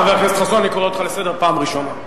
חבר הכנסת חסון, אני קורא אותך לסדר פעם ראשונה.